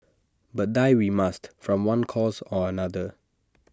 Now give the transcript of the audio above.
but die we must from one cause or another